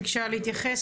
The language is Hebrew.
ביקשה להתייחס.